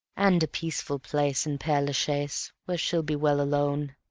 and a peaceful place in pere-la-chaise where she'll be well alone.